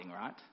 right